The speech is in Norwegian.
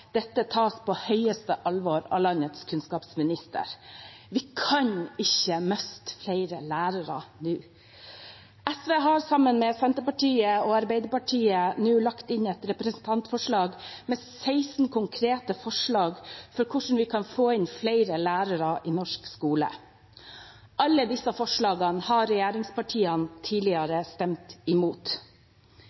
dette tas på høyeste alvor av landets kunnskapsminister. Vi kan ikke miste flere lærere nå. SV har sammen med Senterpartiet og Arbeiderpartiet nå lagt inn et representantforslag med 16 konkrete forslag til hvordan vi kan få inn flere lærere i norsk skole. Alle disse forslagene har regjeringspartiene tidligere stemt imot.